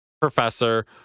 Professor